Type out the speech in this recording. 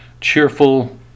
cheerful